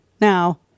now